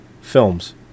films